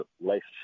relationship